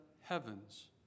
heavens